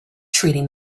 treating